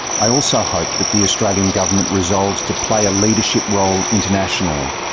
i also hope that the australian government resolves to play a leadership role internationally,